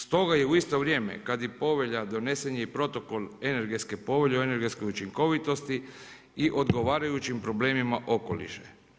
Stoga je u isto vrijeme kada je i povelja, donesen je protokol energetske povelje o energetske učinkovitosti i odgovarajućim problemima okoliša.